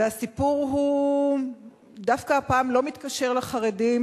והסיפור דווקא הפעם לא מתקשר לחרדים,